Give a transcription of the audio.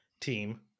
team